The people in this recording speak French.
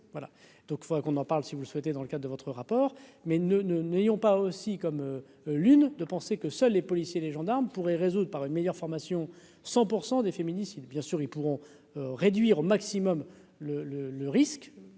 donc il faudra qu'on en parle, si vous le souhaitez, dans le cas de votre rapport, mais ne ne n'ayons pas aussi comme l'une de penser que seuls les policiers et les gendarmes pourrait résoudre par une meilleure formation 100 % des féministes, si bien sûr ils pourront réduire au maximum le le